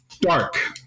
dark